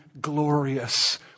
glorious